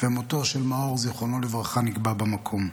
ומותו של מאור, זיכרונו לברכה, נקבע במקום.